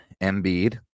Embiid